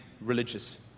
religious